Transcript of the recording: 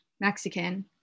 Mexican